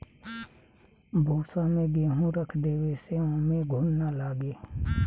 भूसा में गेंहू रख देवे से ओमे घुन ना लागे